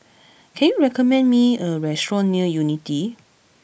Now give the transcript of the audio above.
can you recommend me a restaurant near Unity